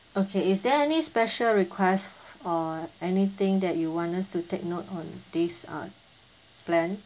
okay is there any special request uh anything that you want us to take note on this uh plan